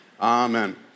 Amen